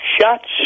shots